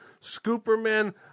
Scooperman